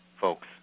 folks